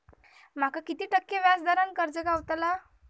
माका किती टक्के व्याज दरान कर्ज गावतला?